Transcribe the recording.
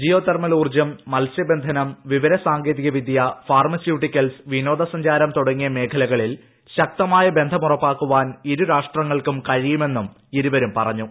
geothermal ഊർജ്ജം മത്സ്യബന്ധന്റും വിവര സാങ്കേതിക വിദ്യ ഫാർമസ്യൂട്ടിക്കൽസ് വിനോദ്യസ്ഞ്ചാരം തുടങ്ങിയ മേഖലകളിൽ ശക്തമായ ബന്ധം ഉറപ്പാക്കാൻ ഇരു രാഷ്ട്രങ്ങൾക്കും കഴിയുമെന്നും ഇരുവരും പറഞ്ഞു